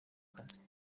kazi